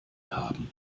haben